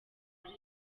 muri